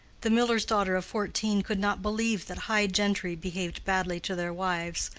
the miller's daughter of fourteen could not believe that high gentry behaved badly to their wives,